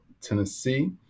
Tennessee